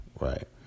right